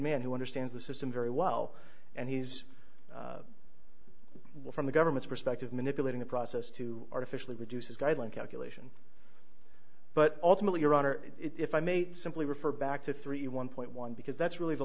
man who understands the system very well and he's well from the government's perspective manipulating the process to artificially reduces guideline calculation but ultimately your honor if i may simply refer back to thirty one point one because that's really the